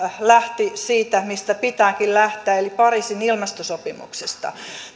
lähti siitä mistä pitääkin lähteä eli pariisin ilmastosopimuksesta